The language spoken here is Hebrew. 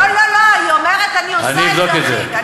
לא לא לא, היא אומרת: אני עושה את זה אחיד.